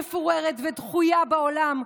מפוררת ודחויה בעולם,